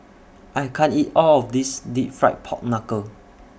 I can't eat All of This Deep Fried Pork Knuckle